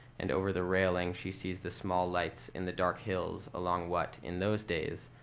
and over the railing, she sees the small lights in the dark hills along what, in those days,